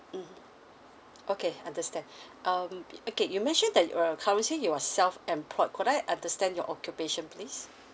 mm okay understand um okay you mentioned that you're currently you are self-employed could I understand your occupation please